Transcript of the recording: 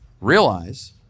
realize